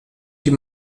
die